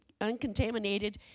uncontaminated